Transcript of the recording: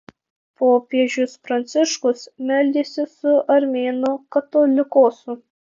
popiežius pranciškus meldėsi su armėnų katolikosu